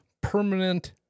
permanent